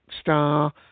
star